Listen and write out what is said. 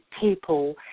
people